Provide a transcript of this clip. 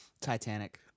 Titanic